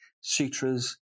sutras